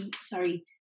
sorry